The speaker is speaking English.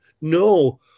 No